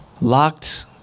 locked